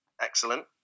Excellent